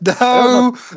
No